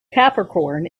capricorn